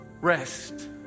Rest